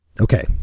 okay